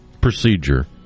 procedure